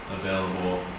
available